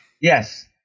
Yes